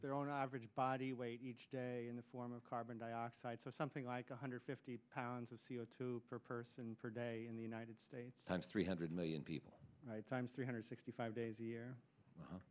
their own average body weight each day in the form of carbon dioxide so something like one hundred fifty pounds of c o two per person per day in the united states times three hundred million people right times three hundred sixty five days a year